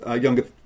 younger